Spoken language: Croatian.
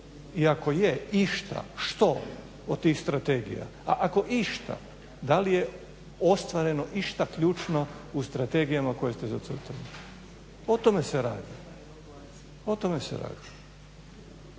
i ako je išta, što od tih strategija, a ako išta da li je ostvareno išta ključno u strategijama koje ste zacrtali? O tome se radi. **Leko, Josip